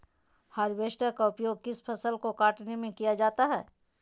Harvester का उपयोग किस फसल को कटने में किया जाता है?